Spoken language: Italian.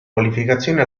qualificazione